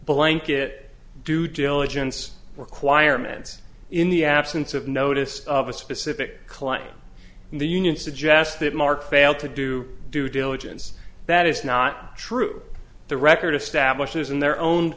blanket due diligence requirements in the absence of notice of a specific client and the union suggested mark failed to do due diligence that is not true the record establishes in their own